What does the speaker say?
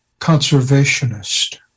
conservationist